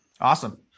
Awesome